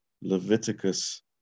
Leviticus